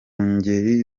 ngeri